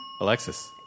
Alexis